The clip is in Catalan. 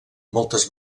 moltes